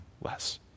less